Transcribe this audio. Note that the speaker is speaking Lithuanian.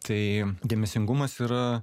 tai dėmesingumas yra